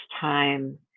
time